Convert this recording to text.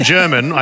German